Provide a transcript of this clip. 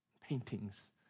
paintings